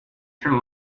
turn